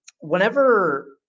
Whenever